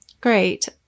Great